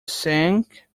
sank